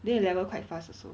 then you level quite fast also